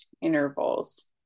intervals